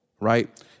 Right